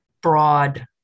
broad